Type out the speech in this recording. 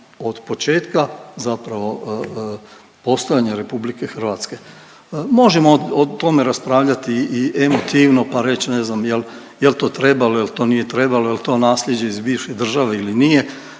od početka zapravo postojanja Republike Hrvatske. Možemo o tome raspravljati i emotivno pa reći ne znam jel' to trebalo, jel' to nije trebalo, jel' to nasljeđe iz bivših država ili nije,